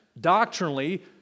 doctrinally